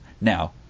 Now